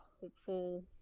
hopeful